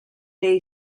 day